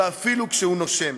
ואפילו כשהוא נושם.